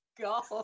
god